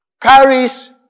carries